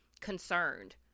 concerned